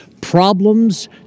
problems